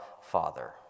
Father